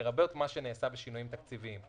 לרבות מה שנעשה בשינויים תקציביים.